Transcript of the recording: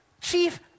chief